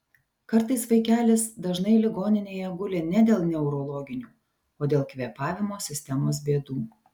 kartais vaikelis dažnai ligoninėje guli ne dėl neurologinių o dėl kvėpavimo sistemos bėdų